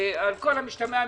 על כל המשתמע מכך,